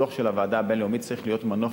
הדוח של הוועדה הבין-לאומית צריך להיות מנוף